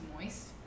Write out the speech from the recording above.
Moist